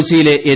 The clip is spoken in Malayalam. കൊച്ചിയിലെ എൻ